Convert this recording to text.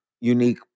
unique